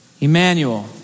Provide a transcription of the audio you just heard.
Emmanuel